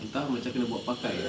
entah macam kena buat pakai ah